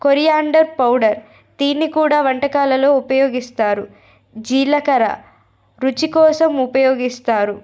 coriander powder తిని కూడా వంటకాలలో ఉపయోగిస్తారు జీలకర్ర రుచి కోసం ఉపయోగిస్తారు